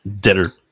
Dinner